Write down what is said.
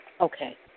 Okay